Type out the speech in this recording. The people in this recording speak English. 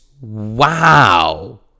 wow